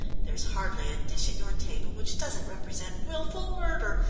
there's hardly a dish at your table which doesn't represent wilful murder,